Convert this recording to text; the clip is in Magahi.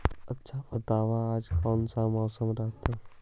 आच्छा बताब आज कैसन मौसम रहतैय?